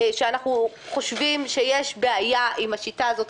ונאמר שאנחנו חושבים שיש בעיה עם השיטה הזאת,